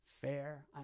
fair